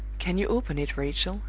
can you open it, rachel?